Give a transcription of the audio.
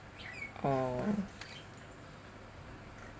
oh